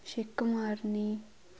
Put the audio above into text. ਛਿੱਕ ਮਾਰਨੀ